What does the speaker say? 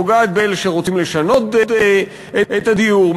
פוגעת באלה שרוצים לשנות את הדיור,